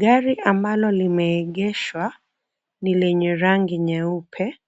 Gari ambalo limeegeshwa ni la rangi nyeupe,